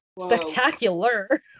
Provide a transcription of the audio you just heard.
spectacular